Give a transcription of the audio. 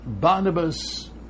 Barnabas